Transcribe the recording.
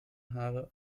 haare